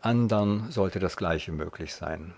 andern sollte das gleiche möglich sein